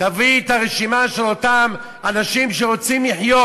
תביא את הרשימה של אותם אנשים שרוצים לחיות.